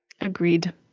Agreed